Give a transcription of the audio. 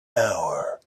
hour